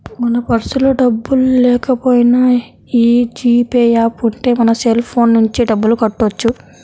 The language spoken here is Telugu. మన పర్సులో డబ్బుల్లేకపోయినా యీ జీ పే యాప్ ఉంటే మన సెల్ ఫోన్ నుంచే డబ్బులు కట్టొచ్చు